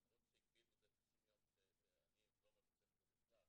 למרות שהגבילו את זה ל-90 יום שאני לא מרוצה בכלל,